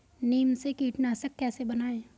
नीम से कीटनाशक कैसे बनाएं?